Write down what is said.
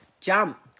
jump